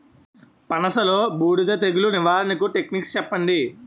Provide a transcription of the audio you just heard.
పనస లో బూడిద తెగులు నివారణకు టెక్నిక్స్ చెప్పండి?